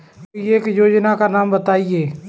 कोई एक योजना का नाम बताएँ?